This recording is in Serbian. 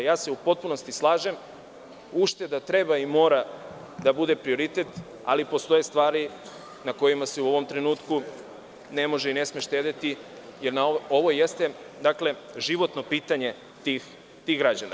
U potpunosti se slažem, ušteda treba i mora da bude prioritet, ali postoje stvari na kojima se u ovom trenutku ne može i ne sme štedeti, jer ovo jeste životno pitanje tih građana.